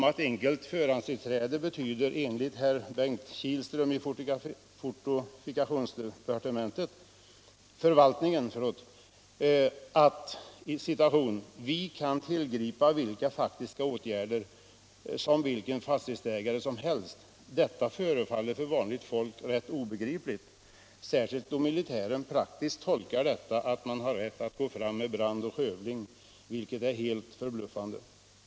Att det, som herr Bengt Kihlström vid fortifikationsförvaltningen menar, skulle betyda, att ”vi kan tillgripa samma faktiska åtgärder som vilken fastighetsägare som helst”, förefaller för vanligt folk rätt obegripligt — särskilt då militären praktiskt tolkar detta så, att man har rätt att gå fram med brand och skövling, vilket är helt förbluffande.